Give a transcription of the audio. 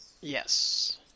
yes